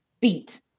Beat